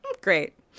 great